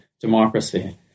democracy